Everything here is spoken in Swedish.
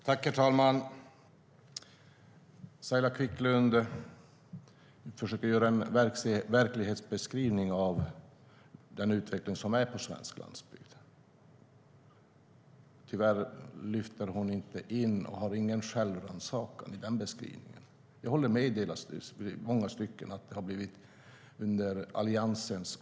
Herr talman! Saila Quicklund försöker göra en verklighetsbeskrivning av den utveckling som sker på den svenska landsbygden. Tyvärr lyfter hon inte in någon självrannsakan i den beskrivningen. I många stycken håller jag med henne.